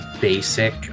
basic